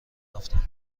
رفتن